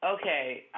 Okay